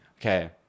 okay